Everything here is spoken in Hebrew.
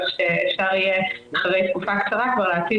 כך שאפשר יהיה אחרי תקופה קצרה כבר להטיל